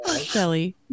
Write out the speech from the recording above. Shelly